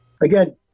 Again